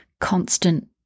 constant